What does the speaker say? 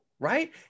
right